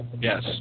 Yes